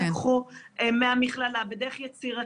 לקחו מהמכללה בדרך יצירתית,